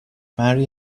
marry